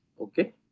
Okay